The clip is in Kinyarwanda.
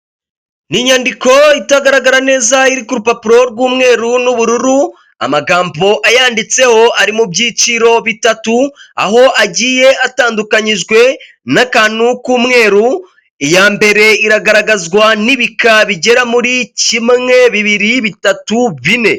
Ni inyandiko itagaragara neza iri k'urupapuro rw'umweru n'ubururu, amagambo ayanditseho ari mu byiciro bitatu, aho agiye atandukanyijwe n'akantu k'umweru, iya mbere iragaragazwa n'ibika bigera muri kimwe, bibiri, bitatu bine.